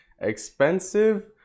expensive